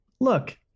look